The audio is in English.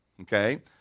okay